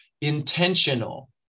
intentional